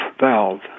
valve